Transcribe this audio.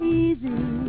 easy